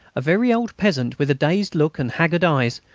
a very old peasant, with a dazed look and haggard eyes,